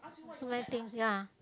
was a nice thing ya